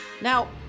Now